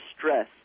stress